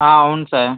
అవును సార్